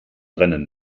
brennen